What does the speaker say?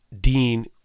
Dean